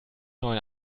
neuen